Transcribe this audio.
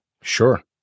Sure